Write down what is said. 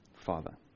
Father